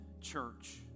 church